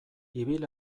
ibil